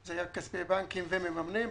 זה היה כספי בנקים ומממנים.